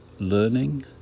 learning